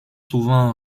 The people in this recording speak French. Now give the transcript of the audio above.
souvent